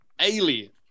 alien